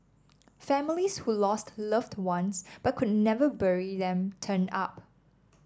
families who lost loved ones but could never bury them turned up